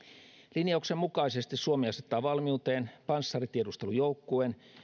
linjauksen mukaisesti suomi asettaa valmiuteen panssaritiedustelujoukkueen